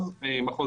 מחוז